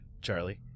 Charlie